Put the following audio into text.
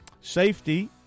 Safety